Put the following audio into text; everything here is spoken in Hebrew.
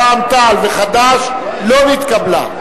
רע"ם-תע"ל וחד"ש לא נתקבלה.